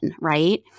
right